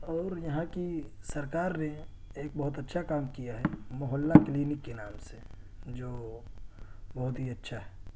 اور یہاں کی سرکار نے ایک بہت اچھا کام کیا ہے محلہ کلینک کے نام سے جو بہت ہی اچھا ہے